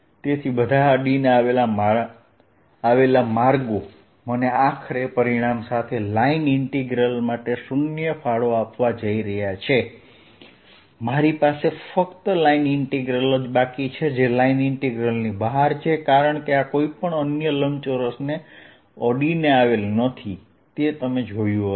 તેથી બધા અડીને આવેલા માર્ગો મને આખરે પરિણામ સાથે લાઇન ઇન્ટિગ્રલ માટે શૂન્ય ફાળો આપવા જઈ રહ્યા છે મારી પાસે ફક્ત લાઇન ઇન્ટિગ્રલ બાકી છે જે લાઇન ઇન્ટિગ્રલની બહાર છે કારણ કે આ કોઈપણ અન્ય લંબચોરસને અડીને આવેલ નથી તે તમે જોયું હશે